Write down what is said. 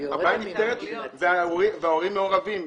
הבעיה נפתרת וההורים מעורבים,